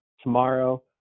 Tomorrow